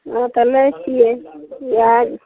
हँ तऽ लै छियै इहए